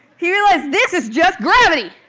he realized, this is just gravity.